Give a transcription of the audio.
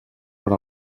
per